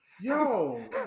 yo